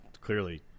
Clearly